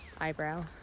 eyebrow